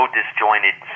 disjointed